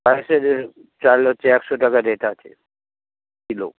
পায়েসের চাল হচ্ছে একশো টাকা রেট আছে কিলো